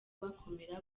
bakomera